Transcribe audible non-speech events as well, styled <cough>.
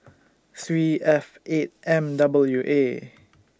three F eight M <noise> W A